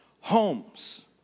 homes